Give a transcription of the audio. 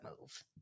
move